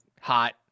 hot